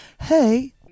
Hey